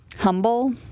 Humble